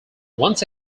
once